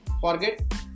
Forget